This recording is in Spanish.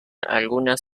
algunas